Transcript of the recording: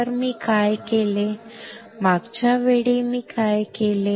तर मी काय केले मागच्या वेळी मी काय केले